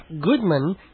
Goodman